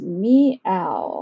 meow